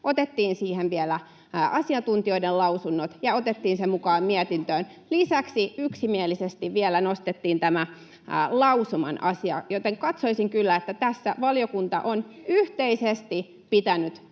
Kymäläinen: Miksi kirjallisena?] ja otettiin se mukaan mietintöön. Lisäksi yksimielisesti vielä nostettiin tämä lausuman asia. Joten katsoisin kyllä, että tässä valiokunta on yhteisesti pitänyt tätä